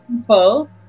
people